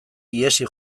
ihesi